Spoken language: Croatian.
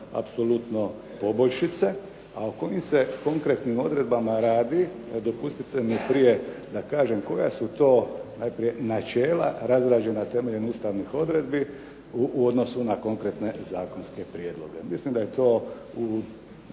apsolutno poboljšice. A o kojim se konkretnim odredbama radi, dopustite mi prije da kažem koja su to najprije načela razrađena temeljem ustavnih odredbi u odnosu na konkretne zakonske prijedloge. Mislim da je to